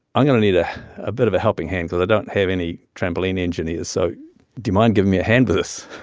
i'm going to need ah a bit of a helping hand because i don't have any trampoline engineers. so do you mind giving me a hand with this?